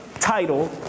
Title